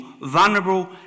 vulnerable